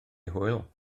hwyl